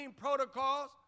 protocols